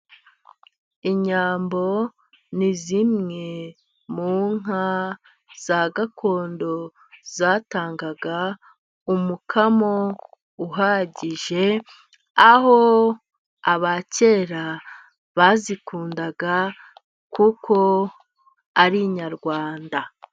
Inyambo ni zimwe mu nka za gakondo, zatangaga umukamo uhagije aho abakera bazikundaga kuko ari inyarwanda.